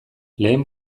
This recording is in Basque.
lehen